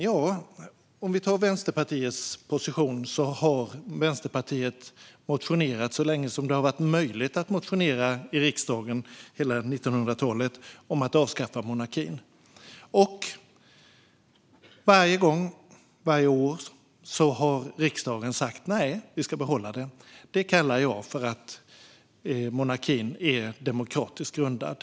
När det gäller Vänsterpartiets position har Vänsterpartiet motionerat så länge som det har varit möjligt att motionera i riksdagen - hela 1900-talet - om att avskaffa monarkin. Och varje gång, varje år, har riksdagen sagt: Nej, vi ska behålla den. Det kallar jag för att monarkin är demokratiskt grundad.